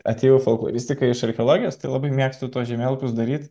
atėjau į folkloristiką iš archeologijos tai labai mėgstu tuos žemėlapius daryt